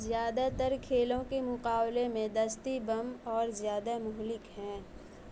زیادہ تر کھیلوں کے مقابلے میں دستی بم اور زیادہ مہلک ہیں